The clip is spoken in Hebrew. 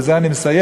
ובזה אני מסיים,